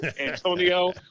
Antonio